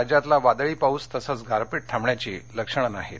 राज्यातला वादळी पाऊस तसंच गारपीट थांबण्याची लक्षण नाहीत